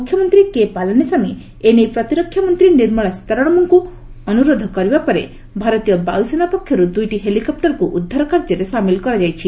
ମୁଖ୍ୟମନ୍ତ୍ରୀ କେ ପାଲାନିସାମୀ ଏନେଇ ପ୍ରତିରକ୍ଷା ମନ୍ତ୍ରୀ ନିର୍ମଳା ସୀତାରମଣଙ୍କୁ ଅନ୍ତରୋଧ କରିବା ପରେ ଭାରତୀୟ ବାୟସେନା ପକ୍ଷର୍ ଦ୍ରଇଟି ହେଲିକପୂର୍କୁ ଉଦ୍ଧାର କାର୍ଯ୍ୟରେ ସାମିଲ୍ କରାଯାଇଛି